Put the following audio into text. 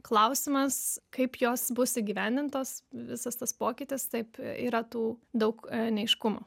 klausimas kaip jos bus įgyvendintos visas tas pokytis taip yra tų daug neaiškumų